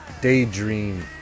Daydream